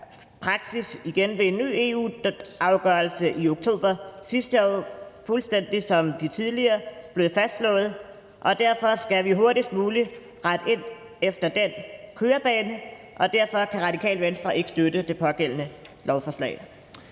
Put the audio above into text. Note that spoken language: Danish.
praksis ved en ny EU-afgørelse i oktober sidste år – fuldstændig som de tidligere gange – igen blevet fastslået. Derfor skal vi hurtigst muligt rette ind og følge den rigtige vognbane. Og derfor kan Radikale Venstre ikke støtte det pågældende lovforslag.